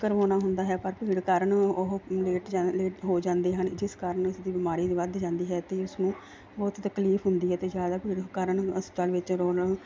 ਕਰਵਾਉਣਾ ਹੁੰਦਾ ਹੈ ਪਰ ਭੀੜ ਕਾਰਨ ਉਹ ਲੇਟ ਜਾ ਲੇਟ ਹੋ ਜਾਂਦੇ ਹਨ ਜਿਸ ਕਾਰਨ ਉਸਦੀ ਬਿਮਾਰੀ ਦੀ ਵੱਧ ਜਾਂਦੀ ਹੈ ਅਤੇ ਉਸਨੂੰ ਬਹੁਤ ਤਕਲੀਫ ਹੁੰਦੀ ਹੈ ਅਤੇ ਜ਼ਿਆਦਾ ਭੀੜ ਕਾਰਨ ਹਸਪਤਾਲ ਵਿੱਚ ਰੋਣ